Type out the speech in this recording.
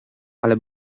ale